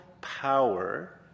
power